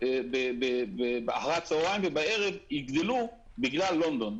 אחר הצהריים ובערב יגדלו בגלל לונדון.